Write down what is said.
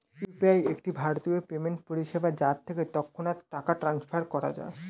UPI একটি ভারতীয় payment পরিষেবা যার থেকে তৎক্ষণাৎ টাকা ট্রান্সফার করা যায়